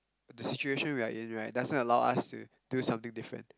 the situation we're in right doesn't allow us to do something different